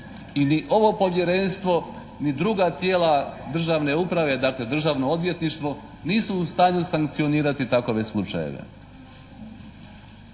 I ni ovo Povjerenstvo ni druga tijela državne uprave, dakle Državno odvjetništvo nisu u stanju sankcionirati takove slučajeve.